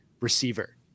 receiver